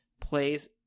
plays